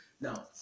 Now